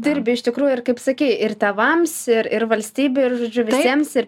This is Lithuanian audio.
dirbi iš tikrųjų ir kaip sakei ir tėvams ir ir valstybei ir žodžiu visiems ir